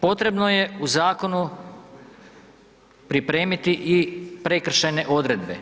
Potrebno je u zakonu pripremiti i prekršajne odredbe.